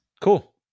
Cool